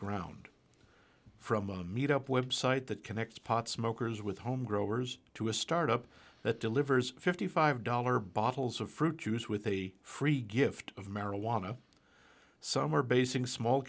ground from a meet up web site that connects pot smokers with home growers to a start up that delivers fifty five dollar bottles of fruit juice with a free gift of marijuana somewhere basing small